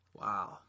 Wow